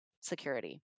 security